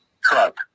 truck